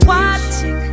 Watching